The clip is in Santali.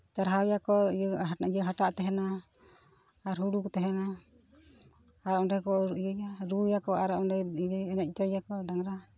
ᱪᱟᱨᱦᱟᱣ ᱮᱭᱟᱠᱚ ᱤᱭᱟᱹ ᱦᱟᱴᱟᱜ ᱛᱟᱦᱮᱱᱟ ᱟᱨ ᱦᱩᱲᱩ ᱠᱚ ᱛᱟᱦᱮᱱᱟ ᱟᱨ ᱚᱸᱰᱮ ᱠᱚ ᱤᱭᱟᱹᱭᱟ ᱨᱩᱭᱟᱠᱚ ᱟᱨ ᱚᱸᱰᱮ ᱮᱱᱮᱡ ᱦᱚᱪᱚᱭᱮᱭᱟᱠᱚ ᱰᱟᱝᱨᱟ